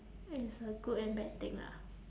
it's a good and bad thing lah